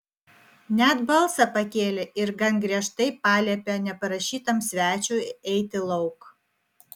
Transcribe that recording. net balsą pakėlė ir gan griežtai paliepė neprašytam svečiui eiti lauk